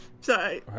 sorry